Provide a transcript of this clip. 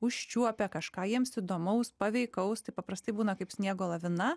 užčiuopia kažką jiems įdomaus paveikaus tai paprastai būna kaip sniego lavina